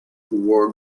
wore